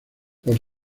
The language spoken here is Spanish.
por